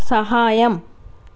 సహాయం